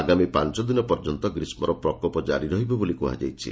ଆଗାମୀ ପାଞ ଦିନ ପର୍ଯ୍ୟନ୍ତ ଗ୍ରୀଷ୍କର ପ୍ରକୋପ ଜାରି ରହିବ ବୋଲି କୁହାଯାଇଛି